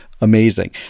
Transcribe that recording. amazing